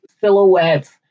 silhouettes